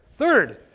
Third